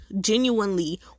genuinely